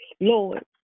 Lord